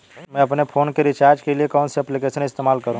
मैं अपने फोन के रिचार्ज के लिए कौन सी एप्लिकेशन इस्तेमाल करूँ?